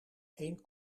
één